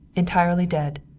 entirely dead.